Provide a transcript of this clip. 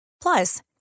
Plus